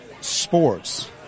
sports